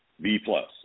B-plus